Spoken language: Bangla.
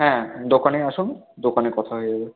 হ্যাঁ দোকানেই আসুন দোকানে কথা হয়ে যাবে